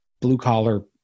blue-collar